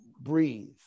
breathe